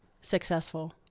successful